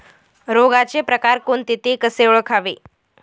रोगाचे प्रकार कोणते? ते कसे ओळखावे?